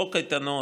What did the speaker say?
חוק הקייטנות,